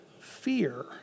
Fear